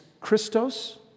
Christos